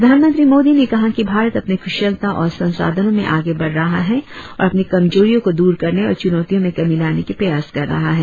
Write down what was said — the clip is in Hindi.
प्रधानमंत्री मोदी ने कहा कि भारत अपनी कुशलता और संसाधनों में आगे बढ़ रहा है और अपनी कमजोरियों को दूर करने और चुनौतियों में कमी लाने की प्रयास कर रहा है